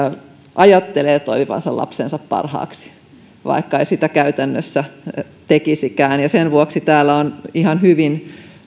ajattelee toimivansa lapsensa parhaaksi vaikka ei sitä käytännössä tekisikään sen vuoksi myös tässä lakiesityksessä on ihan hyvin